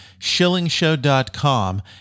shillingshow.com